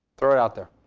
throw it out there.